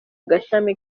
gashami